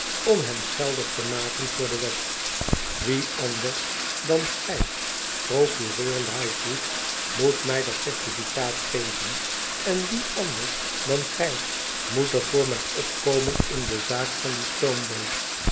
om hem geldig te maken voor de wet wie anders dan gij procureur lightwood moet mij dat certificaat geven en wie anders dan gij moet er voor mij opkomen in de zaak van die stoomboot